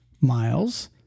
miles